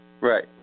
Right